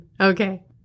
Okay